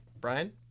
Brian